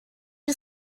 you